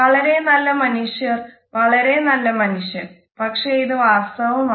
വളരെ നല്ല മനുഷ്യൻ വളരെ നല്ല മനുഷ്യൻ പക്ഷേ ഇത് വാസ്തവമാണ്